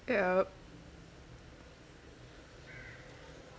yup